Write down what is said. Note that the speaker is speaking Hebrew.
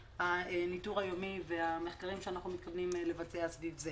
הניטור היומי והמחקרים שאנחנו מתכוונים לבצע סביב זה